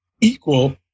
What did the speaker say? equal